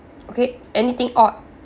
okay anything odd